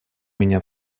меня